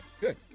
good